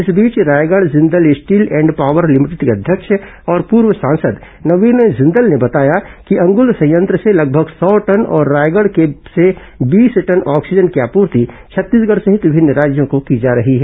इस बीच Raigarh Jindal steel and power limited के अध्यक्ष और पूर्व सांसद नवीन जिंदल ने बताया कि अंगूल संयंत्र से लगभग सौ टन और रायगढ़ से बीस टन ऑक्सीजन की आपूर्ति छत्तीसगढ़ सहित विमिन्न राज्यों को की जा रही है